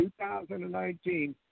2019